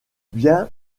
bien